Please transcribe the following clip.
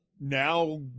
Now